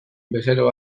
bezero